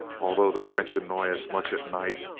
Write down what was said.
although the french annoy us much at night,